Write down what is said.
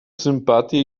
sympatię